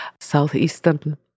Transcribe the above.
southeastern